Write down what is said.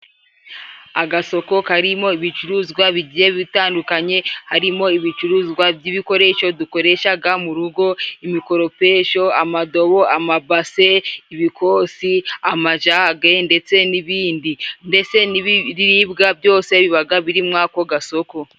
Agasoko karimo ibicuruzwa bigiye bitandukanye, harimo ibicuruzwa by'ibikoresho dukoreshaga mu rugo: imikoropesho, amadobo, amabase, ibikosi, amajage ndetse n'ibindi. Mbese n'ibiribwa byose bibaga biri mu ako gasoko.